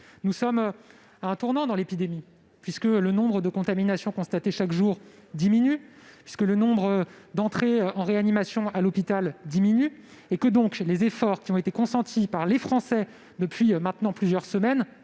Nous sommes à un tournant de l'épidémie : le nombre de contaminations constatées chaque jour diminue, tout comme le nombre d'admissions en réanimation à l'hôpital. Par conséquent, les efforts qui ont été consentis par les Français depuis maintenant plusieurs semaines